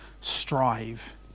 strive